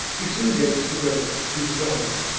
he soon gave stability to his army.